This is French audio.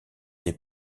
des